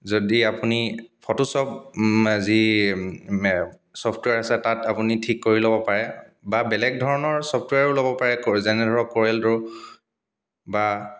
যদি আপুনি ফটোশ্বপ যি ছফ্টৱেৰ আছে তাত আপুনি ঠিক কৰি ল'ব পাৰে বা বেলেগ ধৰণৰ ছফ্টৱেৰো ল'ব পাৰে যেনে কৰ ধৰক ক'ৰেলড্ৰ বা